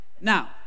Now